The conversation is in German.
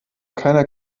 keiner